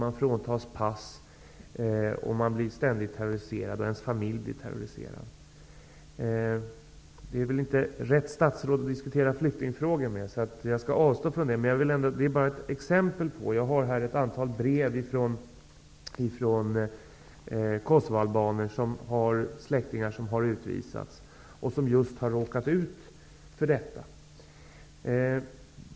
De fråntas pass, och de och deras familjer blir ständigt terroriserade. Det är väl inte rätt statsråd att diskutera flyktingfrågor med, så jag skall avstå från det. Men detta är bara ett exempel på hur det är. Jag har fått ett antal brev från kosovaalbaner som har släktingar som har utvisats och som just har råkat ut för detta.